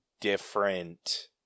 different